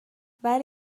ولی